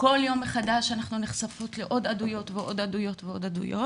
כל יום מחדש אנחנו נחשפות לעוד עדויות ועוד עדויות ועוד עדויות